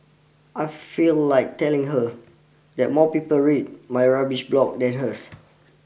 I feel like telling her that more people read my rubbish blog than hers